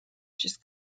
just